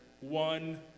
one